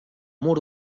mur